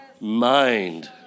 mind